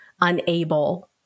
unable